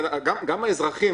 גם האזרחים